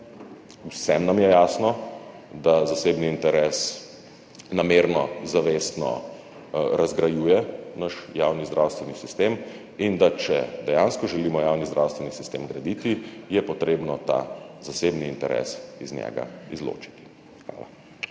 Vsem nam je jasno, da zasebni interes namerno, zavestno razgrajuje naš javni zdravstveni sistem in da je, če dejansko želimo javni zdravstveni sistem graditi, potrebno ta zasebni interes iz njega izločiti. Hvala.